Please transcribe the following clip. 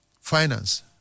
finance